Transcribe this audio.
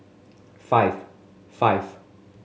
five five